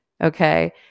Okay